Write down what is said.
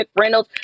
McReynolds